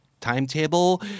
timetable